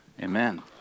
Amen